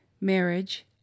marriage